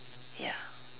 ya